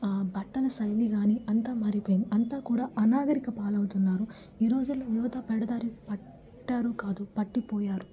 బట్టల శైలి కాని అంతా మారిపోయింది అంతా కూడా అనాగరిక పాలు అవుతున్నారు ఈ రోజుల్లో యువత పెడదారి పట్టారు కాదు పట్టిపోయారు